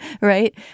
right